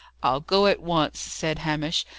i'll go at once, said hamish.